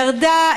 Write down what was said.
ירדה,